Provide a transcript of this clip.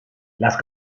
las